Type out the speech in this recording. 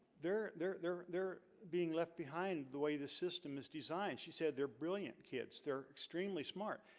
they're there. they're there being left behind the way the system is designed. she said they're brilliant kids they're extremely smart,